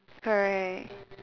correct